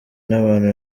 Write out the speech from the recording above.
n’abantu